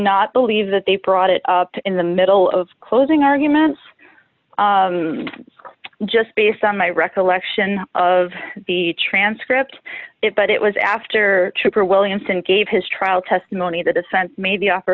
not believe that they brought it up in the middle of closing arguments just based on my recollection of the transcript but it was after trooper williamson gave his trial testimony the defense made the offer